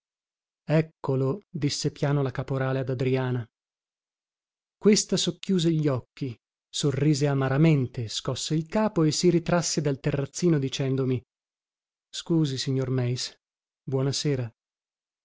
eccolo disse piano la caporale ad adriana questa socchiuse gli occhi sorrise amaramente scosse il capo e si ritrasse dal terrazzino dicendomi scusi signor meis